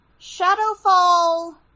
Shadowfall